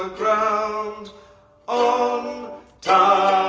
ground on time